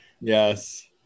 Yes